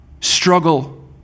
struggle